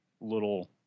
little